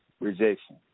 rejection